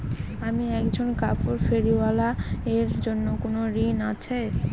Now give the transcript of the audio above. আমি একজন কাপড় ফেরীওয়ালা এর জন্য কোনো ঋণ আছে?